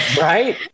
Right